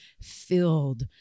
filled